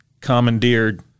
commandeered